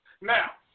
Now